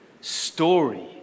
story